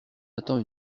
attend